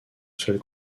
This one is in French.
seul